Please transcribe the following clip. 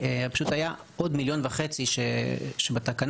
שכל ילד כזה בא פצצת אנרגיה ומוטיבציה ורוצה לשנות את השירות שלו.